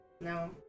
No